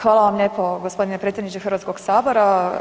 Hvala vam lijepo gospodine predsjedniče Hrvatskog sabora.